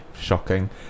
Shocking